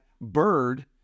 bird